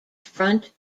front